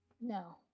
No